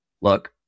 look